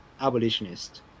abolitionist